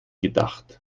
gedacht